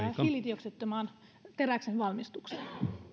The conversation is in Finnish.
hiilidioksidittomaan teräksen valmistukseen